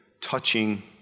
touching